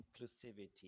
inclusivity